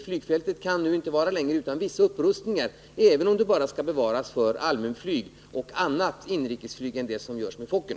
Flygfältet kan inte var kvar längre utan vissa upprustningar — även om det bara skall bevaras för allmänflyg och annat inrikesflyg än det som sker med Fokker.